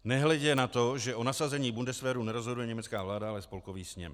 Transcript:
Nehledě na to, že o nasazení Bundeswehru nerozhoduje německá vláda, ale Spolkový sněm.